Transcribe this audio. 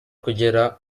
kugera